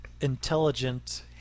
intelligent